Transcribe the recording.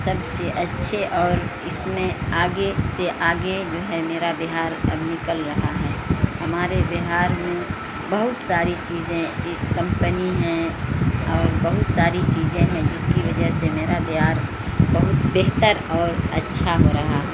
سب سے اچھے اور اس میں آگے سے آگے جو ہے میرا بہار اب نکل رہا ہے ہمارے بہار میں بہت ساری چیزیں ایک کمپنی ہیں اور بہت ساری چیزیں ہیں جس کی وجہ سے میرا بہار بہت بہتر اور اچھا ہو رہا